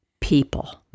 people